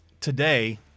today